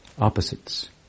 opposites